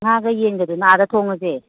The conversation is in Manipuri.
ꯉꯥꯒ ꯌꯦꯟꯒꯗꯨꯅ ꯑꯥꯗ ꯊꯣꯡꯉꯁꯦ